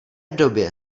době